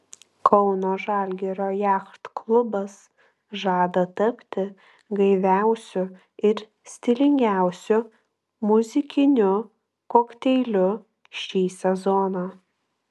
kauno žalgirio jachtklubas žada tapti gaiviausiu ir stilingiausiu muzikiniu kokteiliu šį sezoną